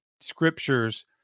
scriptures